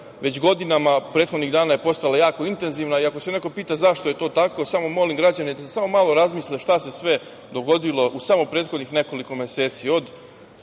već godina. Prethodnih dana je postala jako intenzivna i ako se neko pita zašto je to tako, samo molim građane da samo malo razmisle šta se sve dogodilo u samo prethodnih nekoliko meseci